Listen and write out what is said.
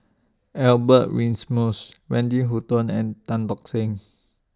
Albert Winsemius Wendy Hutton and Tan Tock Seng